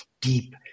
deep